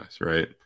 right